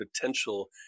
potential